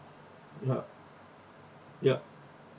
ya yup